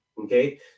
okay